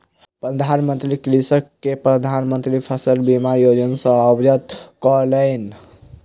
प्रधान मंत्री कृषक के प्रधान मंत्री फसल बीमा योजना सॅ अवगत करौलैन